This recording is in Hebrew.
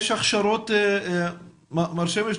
יש הכשרות, מר שמש?